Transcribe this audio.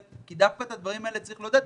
כי דווקא את הדברים האלה צריך לעודד.